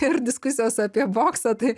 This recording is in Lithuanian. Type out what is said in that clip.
ir diskusijos apie boksą tai